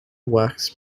wax